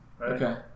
Okay